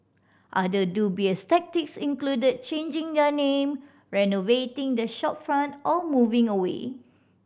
other dubious tactics included changing their name renovating the shopfront or moving away